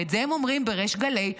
ואת זה הם אומרים בריש גלי,